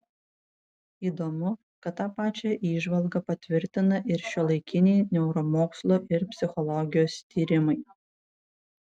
įdomu kad tą pačią įžvalgą patvirtina ir šiuolaikiniai neuromokslo ir psichologijos tyrimai